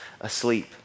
asleep